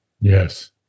Yes